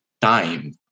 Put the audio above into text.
time